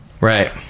Right